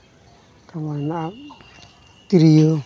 ᱛᱟᱯᱚᱨᱮ ᱢᱮᱱᱟᱼᱟ ᱛᱨᱤᱭᱳ